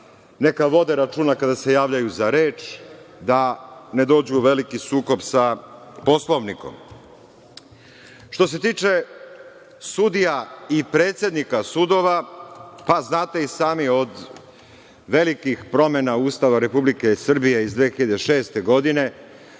neka vode računa kada se javljaju za reč da ne dođu u veliki sukob sa Poslovnikom. Što se tiče sudija i predsednika sudova, pa znate i sami, od velikih promena Ustava Republike Srbije iz 2006. godine,